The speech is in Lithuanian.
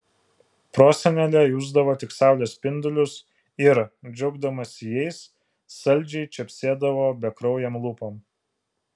prosenelė jusdavo tik saulės spindulius ir džiaugdamasi jais saldžiai čepsėdavo bekraujėm lūpom